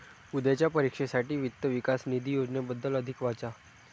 उद्याच्या परीक्षेसाठी वित्त विकास निधी योजनेबद्दल अधिक वाचा